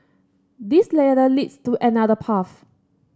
this ladder leads to another path